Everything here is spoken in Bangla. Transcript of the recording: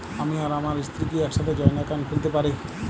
আমি আর আমার স্ত্রী কি একসাথে জয়েন্ট অ্যাকাউন্ট খুলতে পারি?